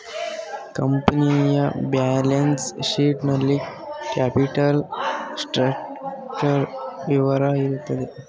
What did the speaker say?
ಕಂಪನಿಯ balance sheet ನಲ್ಲಿ capital structural ವಿವರ ಇರುತ್ತೆ